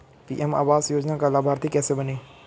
PM आवास योजना का लाभर्ती कैसे बनें?